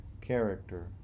character